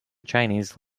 chinese